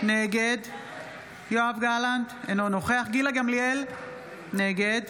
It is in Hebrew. נגד יואב גלנט, אינו נוכח גילה גמליאל, נגד